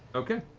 okay.